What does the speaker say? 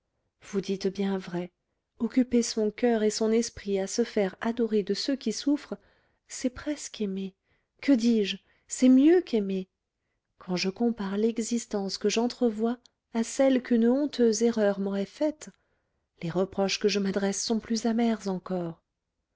vous dites bien vrai occuper son coeur et son esprit à se faire adorer de ceux qui souffrent c'est presque aimer que dis-je c'est mieux qu'aimer quand je compare l'existence que j'entrevois à celle qu'une honteuse erreur m'aurait faite les reproches que je m'adresse sont plus amers encore